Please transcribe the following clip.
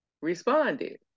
responded